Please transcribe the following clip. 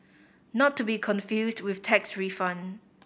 not to be confused with tax refund